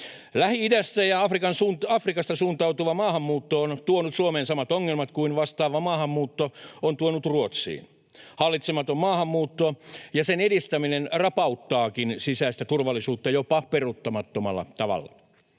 Lähi-idästä ja Afrikasta suuntautuva maahanmuutto on tuonut Suomeen samat ongelmat kuin vastaava maahanmuutto on tuonut Ruotsiin. Hallitsematon maahanmuutto ja sen edistäminen rapauttaakin sisäistä turvallisuutta jopa peruuttamattomalla tavalla.